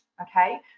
Okay